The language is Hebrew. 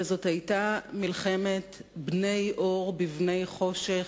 וזאת היתה מלחמת בני אור בבני חושך,